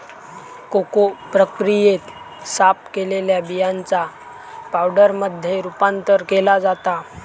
cocoa प्रक्रियेत, साफ केलेल्या बियांचा पावडरमध्ये रूपांतर केला जाता